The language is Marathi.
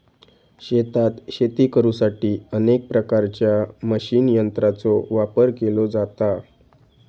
शेतात शेती करुसाठी अनेक प्रकारच्या मशीन यंत्रांचो वापर केलो जाता